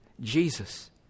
Jesus